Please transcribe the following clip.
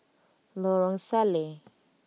Lorong Salleh